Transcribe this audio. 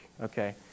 Okay